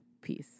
Peace